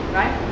right